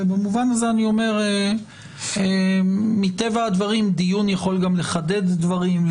במובן הזה מטבע הדברים דיון יכול גם לחדד דברים,